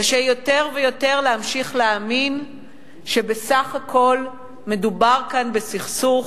קשה יותר ויותר להמשיך להאמין שבסך הכול מדובר כאן בסכסוך